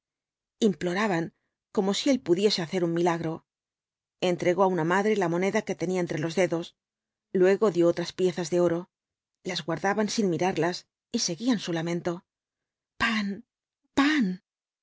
imploraban como si él pudiese hacer un milagro entregó á una madre la moneda que tenía entre los dedos luego dio otras piezas de oro las guardaban sin mirarlas y seguían su lamento pan pan y